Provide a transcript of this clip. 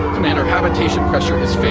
commander, habitation pressure is failing.